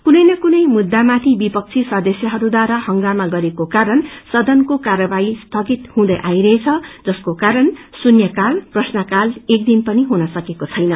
कुनै न कुनै मुद्दामाथि विपक्षी सदस्यहरूद्वारा हंगामा गरेको कारण सदनको कार्यवाही स्यगित हुँदै आइरहेछ जसको कारण शून्यकाल प्रश्नकाल एकदिन पनि हुनसेको छैन